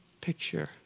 picture